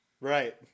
Right